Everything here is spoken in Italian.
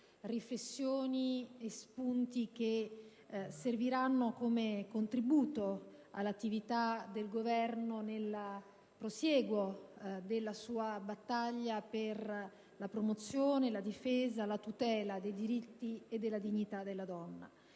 riflessioni e spunti che serviranno come contributo all'attività del Governo nel prosieguo della sua battaglia per la promozione, la difesa e la tutela dei diritti e della dignità della donna.